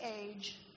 age